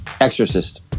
Exorcist